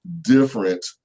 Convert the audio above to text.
different